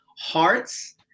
Hearts